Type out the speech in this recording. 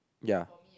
ya